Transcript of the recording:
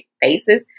basis